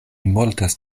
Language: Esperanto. mortas